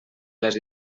les